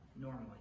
normally